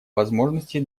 возможности